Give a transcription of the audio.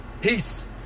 Peace